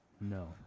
No